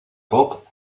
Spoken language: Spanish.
pop